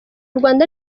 rwanda